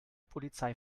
polizei